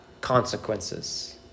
consequences